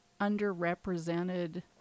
underrepresented